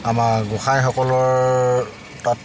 আমাৰ গোঁসাইসকলৰ তাত